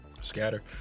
Scatter